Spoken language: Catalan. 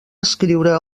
escriure